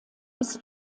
bis